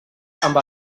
amb